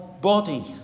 body